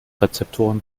rezeptoren